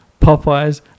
Popeyes